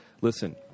Listen